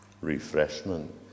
refreshment